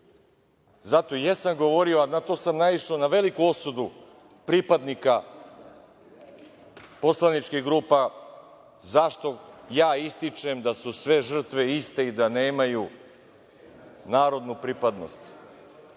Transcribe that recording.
Zato i jesam govorio, a na to sam naišao na veliku osudu pripadnika poslaničkih grupa zašto ja ističem da su sve žrtve iste i da nemaju narodnu pripadnost,